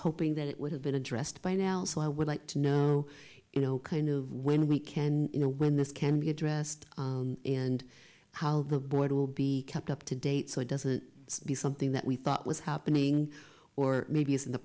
hoping that it would have been addressed by now so i would like to know you know kind of when we can you know when this can be addressed and how the boys will be kept up to date so it doesn't be something that we thought was happening or maybe is in the